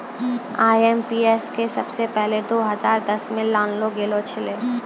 IMPS के सबसे पहिलै दो हजार दसमे लानलो गेलो छेलै